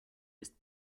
ist